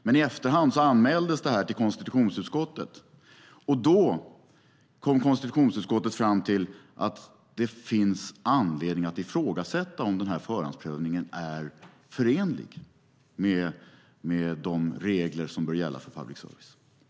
Men i efterhand anmäldes det till konstitutionsutskottet, som kom fram till att det finns anledning att ifrågasätta om förhandsprövningen är förenlig med de regler som bör gälla för public service.